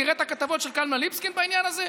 תראה את הכתבות של קלמן ליבסקינד בעניין הזה.